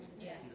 Yes